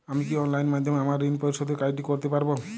আমি কি অনলাইন মাধ্যমে আমার ঋণ পরিশোধের কাজটি করতে পারব?